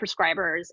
prescribers